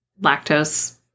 lactose